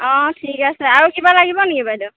অঁ ঠিক আছে আৰু কিবা লাগিব নেকি বাইদেউ